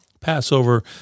Passover